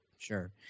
Sure